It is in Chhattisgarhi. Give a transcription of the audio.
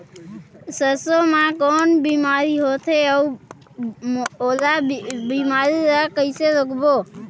सरसो मा कौन बीमारी होथे अउ ओला बीमारी ला कइसे रोकबो?